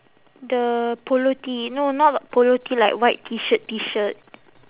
the polo tee no not polo tee like white T shirt T shirt